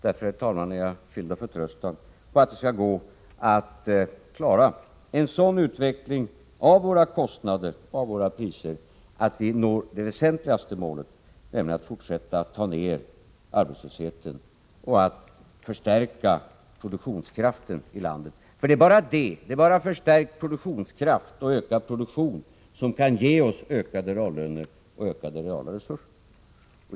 Därför, herr talman, är jag fylld av förtröstan på att det skall gå att klara en sådan utveckling av våra kostnader och priser att vi når det väsentliga målet, nämligen att minska arbetslösheten och förstärka produktionskraften i landet. Det är bara förstärkt produktionskraft och ökad produktion som kan ge oss ökade reallöner och ökade reala resurser.